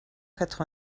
quatre